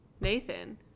Nathan